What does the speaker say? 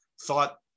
thought